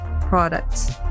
products